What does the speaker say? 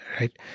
right